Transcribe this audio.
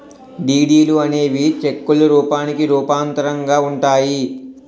డీడీలు అనేవి చెక్కుల రూపానికి రూపాంతరంగా ఉంటాయి